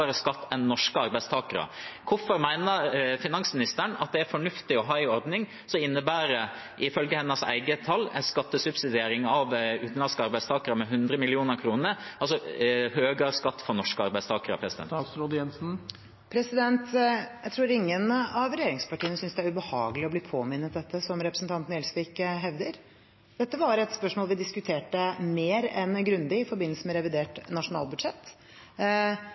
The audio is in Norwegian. skatt enn norske arbeidstakere. Hvorfor mener finansministeren at det er fornuftig å ha en ordning som innebærer – ifølge hennes egne tall – en skattesubsidiering av utenlandske arbeidstakere med 100 mill. kr, altså høyere skatt for norske arbeidstakere? Jeg tror ingen av regjeringspartiene synes det er ubehagelig å bli påmint om dette, slik representanten Gjelsvik hevder. Dette var et spørsmål vi diskuterte mer enn grundig i forbindelse med revidert nasjonalbudsjett.